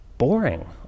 Boring